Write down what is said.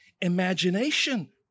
imagination